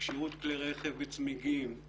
כשירות כלי רכב וצמיגים,